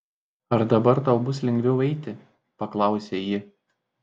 ar dabar tau bus lengviau eiti paklausė ji